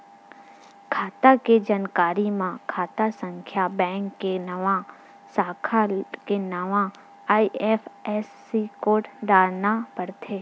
खाता के जानकारी म खाता संख्या, बेंक के नांव, साखा के नांव, आई.एफ.एस.सी कोड डारना परथे